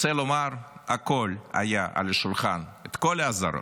רוצה לומר: הכול היה על השולחן, כל האזהרות.